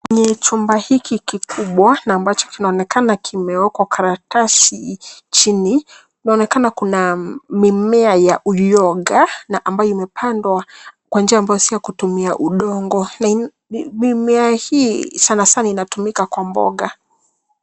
Kwenye chumba hiki kikubwa na ambacho kinaonekana kimewekwa karatasi chini. Inaonekana kuna mimea ya uyoga na ambayo imepandwa kwa njia ambayo si ya kutumia udongo na mimea hii sanasana inatumika kwa mboga.